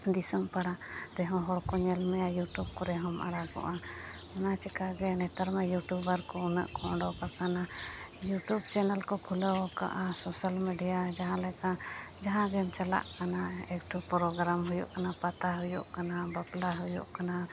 ᱫᱤᱥᱚᱢ ᱯᱟᱲᱟ ᱨᱮᱦᱚᱸ ᱦᱚᱲᱠᱚ ᱧᱮᱞ ᱢᱮᱭᱟ ᱤᱭᱩᱴᱩᱵᱽ ᱠᱚᱨᱮᱦᱚᱢ ᱟᱲᱟᱜᱚᱼᱟ ᱚᱱᱟ ᱪᱮᱠᱟᱜᱮ ᱱᱮᱛᱟᱨᱢᱟ ᱤᱭᱩᱴᱩᱵᱟᱨᱠᱚ ᱢᱮᱱᱟᱜ ᱠᱚᱣᱟ ᱩᱰᱩᱠ ᱟᱠᱟᱱᱟ ᱤᱭᱩᱴᱩᱵᱽ ᱪᱮᱱᱮᱞᱠᱚ ᱠᱷᱩᱞᱟᱹᱣ ᱟᱠᱟᱫᱼᱟ ᱥᱳᱥᱟᱞ ᱢᱤᱰᱤᱭᱟ ᱡᱟᱦᱟᱸᱞᱮᱠᱟ ᱡᱟᱦᱟᱸᱜᱮᱢ ᱪᱟᱞᱟᱜ ᱠᱟᱱᱟ ᱮᱠᱴᱩ ᱯᱨᱳᱜᱨᱟᱢ ᱦᱩᱭᱩᱜ ᱠᱟᱱᱟ ᱯᱟᱛᱟ ᱦᱩᱭᱩᱜ ᱠᱟᱱᱟ ᱵᱟᱯᱞᱟ ᱦᱩᱭᱩᱜ ᱠᱟᱱᱟ